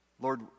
Lord